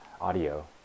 audio